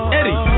Eddie